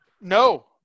No